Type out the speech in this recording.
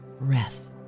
breath